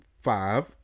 five